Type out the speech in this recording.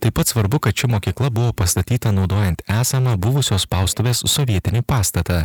taip pat svarbu kad ši mokykla buvo pastatyta naudojant esamą buvusios spaustuvės sovietinį pastatą